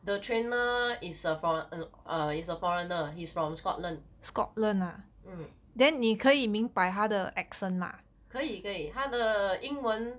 the trainer is a for~ no is a foreigner he's from Scotland 可以可以他的英文